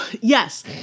Yes